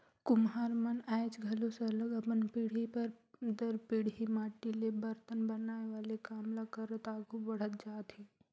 कुम्हार मन आएज घलो सरलग अपन पीढ़ी दर पीढ़ी माटी ले बरतन बनाए वाले काम ल करत आघु बढ़त जात हें